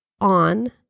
on